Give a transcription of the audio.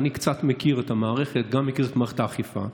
אני קצת מכיר את המערכת, גם מכיר את מערכת האכיפה.